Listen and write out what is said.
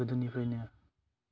गोदोनिफ्राइनो